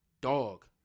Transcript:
Dog